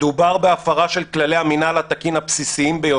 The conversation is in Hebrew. מדובר בהפרה של כללי המינהל התקין הבסיסיים ביותר.